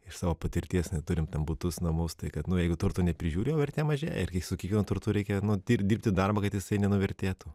iš savo patirties neturim butus namus tai kad nu jeigu turto neprižiūri jo vertė mažėja ir su kiekvienu turtu reikia nu dirbti darbą kad jisai nenuvertėtų